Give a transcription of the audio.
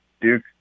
Duke